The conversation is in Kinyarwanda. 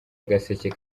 agaseke